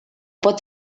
pot